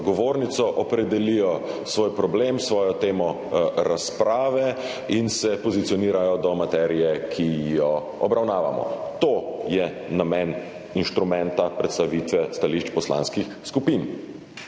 govornico, opredelijo svoj problem s svojo temo razprave in se pozicionirajo do materije, ki jo obravnavamo. To je namen inštrumenta predstavitve stališč poslanskih skupin.